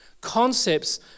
concepts